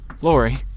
Lori